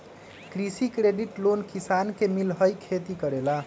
कृषि credit loan किसान के मिलहई खेती करेला?